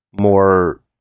more